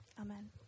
Amen